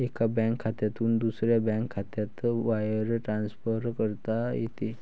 एका बँक खात्यातून दुसऱ्या बँक खात्यात वायर ट्रान्सफर करता येते